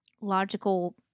logical